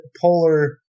polar